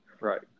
Right